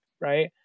right